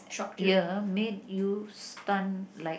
year made you stun like